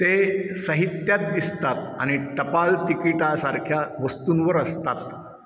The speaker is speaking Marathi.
ते साहित्यात दिसतात आणि टपाल तिकिटासारख्या वस्तूंवर असतात